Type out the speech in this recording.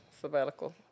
sabbatical